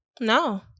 No